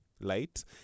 light